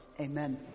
Amen